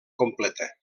completa